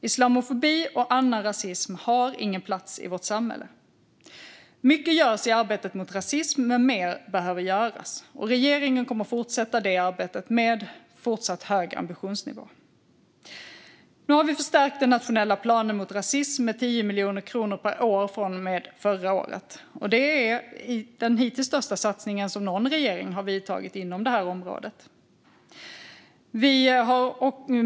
Islamofobi och annan rasism har ingen plats i vårt samhälle. Mycket görs i arbetet mot rasism, men mer behöver göras. Regeringen kommer att fortsätta det arbetet med en fortsatt hög ambitionsnivå. Nu har vi förstärkt den nationella planen mot rasism med 10 miljoner kronor per år från och med förra året. Det är den hittills största satsning som någon regering har gjort inom detta område.